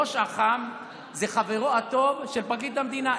ראש אח"ם זה חברו הטוב של פרקליט המדינה.